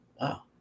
wow